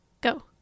Go